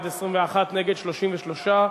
התשס"ט 2009, נתקבלה.